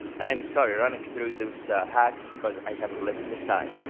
and i'm sorry running through those hacks because i have a limited time.